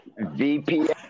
VPN